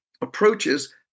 approaches